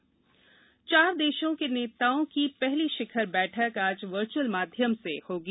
quad बैठक चार देशों के नेताओं की पहली शिखर बैठक आज वर्च्यअल माध्यम से होगी